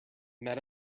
met